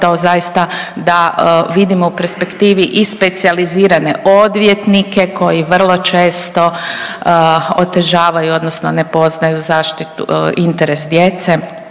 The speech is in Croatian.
to zaista da vidimo u perspektivi i specijalizirane odvjetnike koji vrlo često otežavaju odnosno ne poznaju interes djece